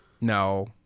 No